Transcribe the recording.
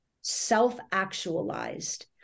self-actualized